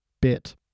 bit